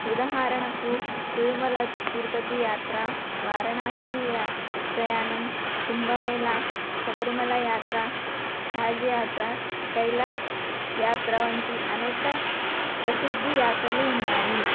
ఉదాహరణకు తిరుమల తిరుపతి యాత్ర వారణాసీ యా ప్రయాణం కుంభమేలా శబరిమల యాత్ర హాజ్ యాత్ర కైలాస్ యాత్ర వంటి అనేక ప్రసిద్ధ యాత్రలు ఉన్నాయి